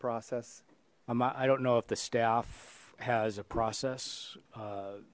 process i don't know if the staff has a process